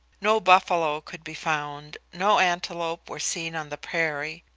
no buffalo could be found, no antelope were seen on the prairie.